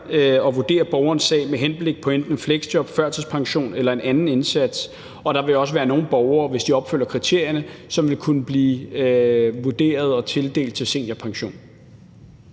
og borgerens sag med henblik på enten fleksjob, førtidspension eller en anden indsats, og der vil også være nogle borgere, som, hvis de opfylder kriterierne, vil kunne blive tildelt seniorpension.